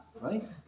right